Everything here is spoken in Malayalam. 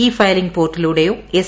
ഇ ഫയലിംഗ് പോർട്ടലിലൂടെയോ എസ്